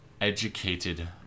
educated